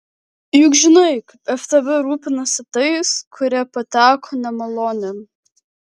juk žinai kaip ftb rūpinasi tais kurie pateko nemalonėn